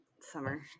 Summer